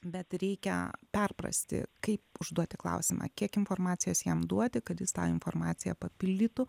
bet reikia perprasti kaip užduoti klausimą kiek informacijos jam duoti kad jis tą informaciją papildytų